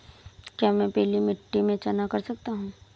क्या मैं पीली मिट्टी में चना कर सकता हूँ?